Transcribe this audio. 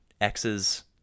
X's